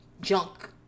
junk